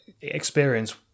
experience